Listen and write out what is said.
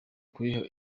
kuyiha